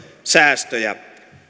säästöjä